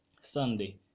sunday